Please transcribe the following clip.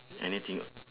anything ah